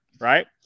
Right